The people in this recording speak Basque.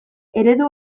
eredu